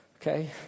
okay